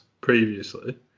previously